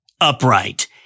upright